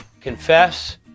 confess